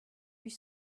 huit